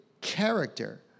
character